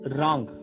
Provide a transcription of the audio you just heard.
Wrong